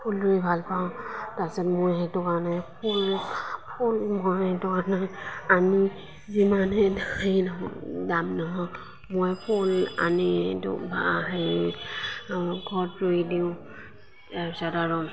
ফুল ৰুই ভাল পাওঁ তাৰপিছত মোৰ সেইটো কাৰণে ফুল ফুল মই ঘৰলৈ আনি যিমানে হেৰি নহওক দাম নহওক মই ফুল আনি হেৰি ঘৰত ৰুই দিওঁ তাৰপিছত আৰু